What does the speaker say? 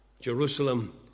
Jerusalem